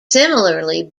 similarly